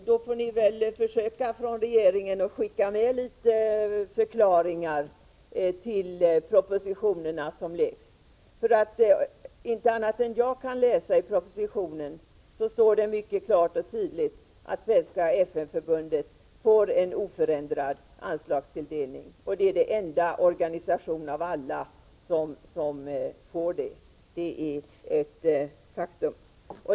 Regeringen får försöka att skicka med litet förklaringar till de propositioner som läggs fram. Såvitt jag kan läsa i propositionen står det mycket klart och tydligt att Svenska FN-förbundet får en oförändrad anslagstilldelning. Det är den enda organisationen av alla som får det. Det är ett faktum.